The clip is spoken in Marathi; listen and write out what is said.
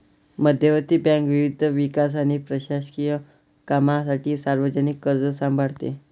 मध्यवर्ती बँक विविध विकास आणि प्रशासकीय कामांसाठी सार्वजनिक कर्ज सांभाळते